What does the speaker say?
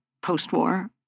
post-war